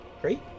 Great